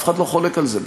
אף אחד לא חולק על זה בכלל.